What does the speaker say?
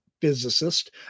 physicist